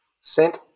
sent